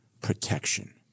protection